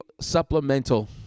supplemental